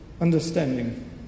understanding